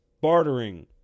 bartering